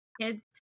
kids